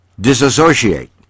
Disassociate